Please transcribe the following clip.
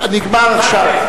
נגמר עכשיו.